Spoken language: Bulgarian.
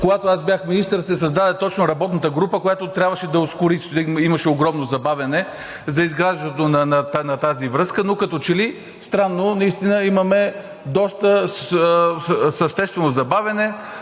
когато аз бях министър, се създаде точно работната група, която трябваше да я ускори – имаше огромно забавяне в изграждането на тази връзка, но като че ли странно наистина имаме доста съществено забавяне.